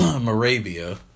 Moravia